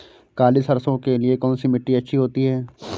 काली सरसो के लिए कौन सी मिट्टी अच्छी होती है?